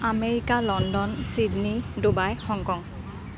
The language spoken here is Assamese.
America London Sydney Dubai Hong Kong